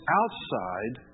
outside